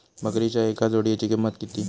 बकरीच्या एका जोडयेची किंमत किती?